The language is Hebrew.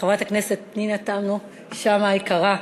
חברת הכנסת פנינה תמנו-שטה היקרה,